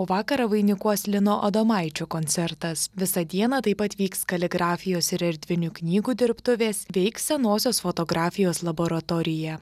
o vakarą vainikuos lino adomaičio koncertas visą dieną taip pat vyks kaligrafijos ir erdvinių knygų dirbtuvės veiks senosios fotografijos laboratorija